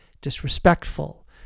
disrespectful